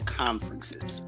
conferences